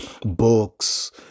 books